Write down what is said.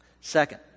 Second